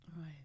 Right